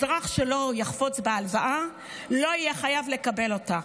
אזרח שלא יחפוץ בהלוואה לא יהיה חייב לקבל אותה.